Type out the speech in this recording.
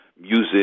music